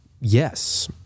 yes